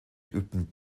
übten